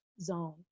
zone